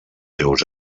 seus